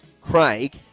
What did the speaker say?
Craig